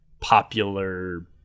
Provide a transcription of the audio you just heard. popular